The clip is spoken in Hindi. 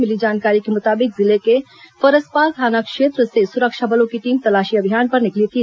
मिली जानकारी के मुताबिक जिले के फरसपाल थाना क्षेत्र से सुरक्षा बलों की टीम तलाशी अभियान पर निकली थी